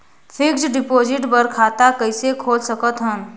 Fixed deposit बर खाता कइसे खोल सकत हन?